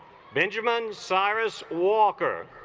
benjamin cyrus walker